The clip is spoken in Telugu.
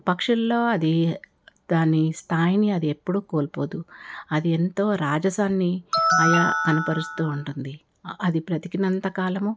పక్షుల్లో అది దాని స్థాయిని అది ఎప్పుడూ కోల్పోదు అది ఎంతో రాజసాన్ని అలా కనపరుస్తూ ఉంటుంది అది బ్రతికినంత కాలము